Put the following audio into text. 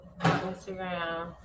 Instagram